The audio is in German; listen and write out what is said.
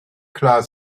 klar